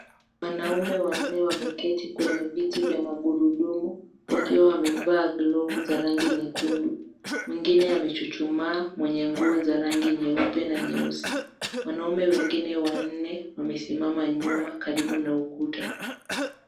Wanaume wanne wameketi kwenye viti vya magurudumu. Wakiwa wamevaa glovu za rangi nyekundu, mwengine yamechuchumaa mwenye nguvu za rangi nyeupe na nyeusi. Wanaume wengine wanne wamesimama nyuma karibu na ukuta.